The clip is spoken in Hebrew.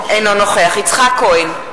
אינו נוכח יצחק כהן,